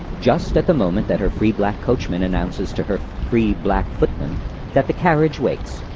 just at the moment that her free black coachman announces to her free black footman that the carriage waits.